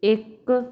ਇੱਕ